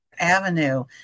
avenue